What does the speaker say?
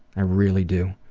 i really do.